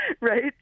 right